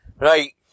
Right